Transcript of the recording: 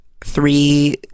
three